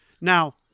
now